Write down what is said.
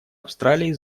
австралии